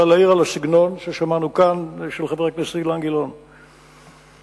אלא להעיר על הסגנון של חבר הכנסת אילן גילאון כפי ששמענו כאן.